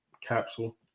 capsule